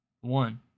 One